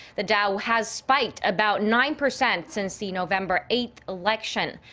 the dow has spiked about nine percent since the november eighth election.